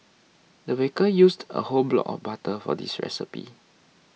the baker used a whole block of butter for this recipe